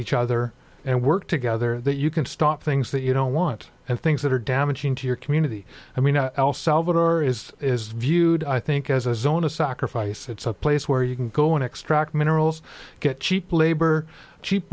each other and work together that you can stop things that you don't want and things that are damaging to your community i mean al salvador is is viewed i think as a zone of sacrifice it's a place where you can go and extract minerals get cheap labor cheap